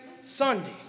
Sunday